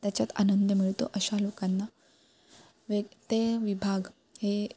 त्याच्यात आनंद मिळतो अशा लोकांना वेग ते विभाग हे